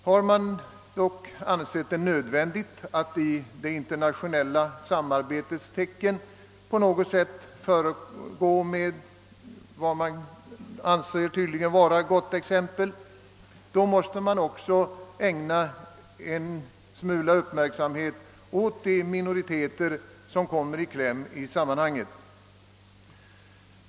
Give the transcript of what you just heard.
Har man ansett det nödvändigt att i det internationella samarbetets tecken föregå med vad man tydligen anser vara gott exempel, måste man också ägna en smula uppmärksamhet åt de minoriteter som därvid kommer i kläm.